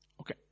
Okay